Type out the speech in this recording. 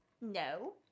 no